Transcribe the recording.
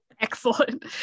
Excellent